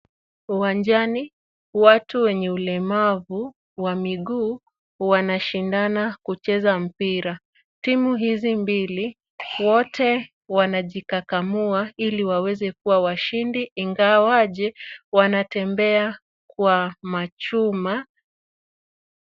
Uwanjani watu wenye ulemavu wa miguu wameshindana kucheza mpira. Timu hizi mbili wote wanajikakamua ili waweze kuwa washindi ingawaze wanatembea kwa machuma.